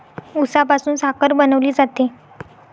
उसापासून साखर बनवली जाते